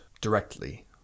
directly